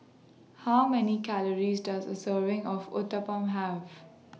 How Many Calories Does A Serving of Uthapam Have